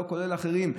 כולל לא אחרים.